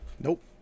Nope